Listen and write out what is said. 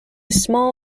small